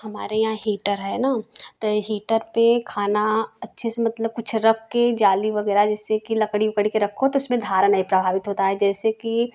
हमारे यहाँ हीटर है ना तो हीटर पे खाना अच्छे से मतलब कुछ के जाली वगैरह जैसे कि लकड़ी वकड़ी के रखो तो उसमें धारा नहीं प्रभावित होता है जैसे कि